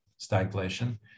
stagflation